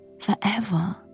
forever